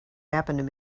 happened